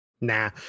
Nah